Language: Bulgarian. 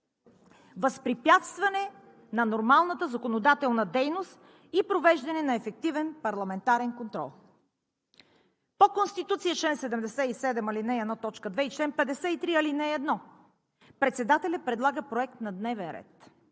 Възпрепятстване на нормалната законодателна дейност и провеждане на ефективен парламентарен контрол. По Конституция – чл. 77, ал. 1, т. 2 и чл. 53, ал. 1, председателят предлага проект на дневен ред.